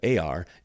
Ar